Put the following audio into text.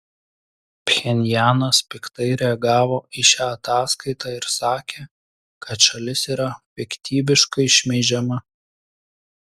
pchenjanas piktai reagavo į šią ataskaitą ir sakė kad šalis yra piktybiškai šmeižiama